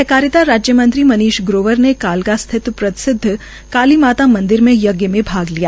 सहकारिता राज्य मंत्री मनीष ग्रोवर ने कालका स्थित प्रसिदव काली मंदिर मे यज्ञ में भाग लिया